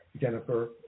Jennifer